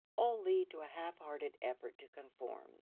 all lead to a half-hearted effort to conform,